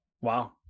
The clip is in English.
Wow